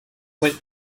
went